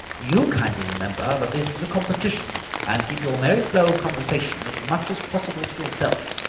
you kindly remember that this is a competition, and keep your merry flow of conversation as much as possible to yourself.